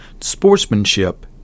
Sportsmanship